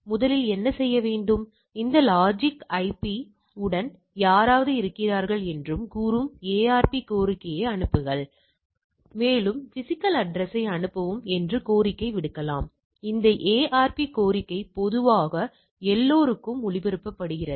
எனவே உங்கள் t பரவலைப் போலவே இயல்நிலைப் பரவல் எனவே 5 என்றால் நிகழ்தகவு வளைவின் கீழ் உள்ள பகுதியானது நிகழ்தகவாகும்